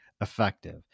effective